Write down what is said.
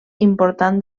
important